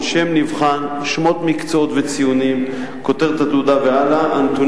ואז אנחנו נמצאים בלי אלטרנטיבה.